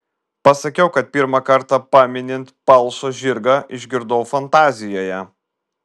pasakiau kad pirmą kartą paminint palšą žirgą išgirdau fantazijoje